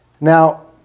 Now